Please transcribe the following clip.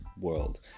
world